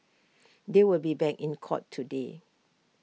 they will be back in court today